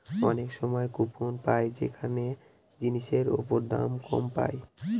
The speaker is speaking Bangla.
অনেক সময় কুপন পাই যেখানে জিনিসের ওপর দাম কম পায়